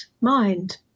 mind